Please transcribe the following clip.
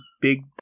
big